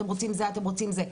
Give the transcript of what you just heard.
אתם רוצים זה אתם רוצים זה,